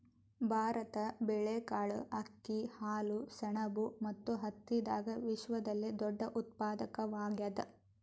ಭಾರತ ಬೇಳೆಕಾಳ್, ಅಕ್ಕಿ, ಹಾಲು, ಸೆಣಬು ಮತ್ತು ಹತ್ತಿದಾಗ ವಿಶ್ವದಲ್ಲೆ ದೊಡ್ಡ ಉತ್ಪಾದಕವಾಗ್ಯಾದ